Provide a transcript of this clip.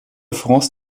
france